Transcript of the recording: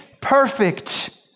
perfect